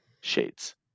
Shades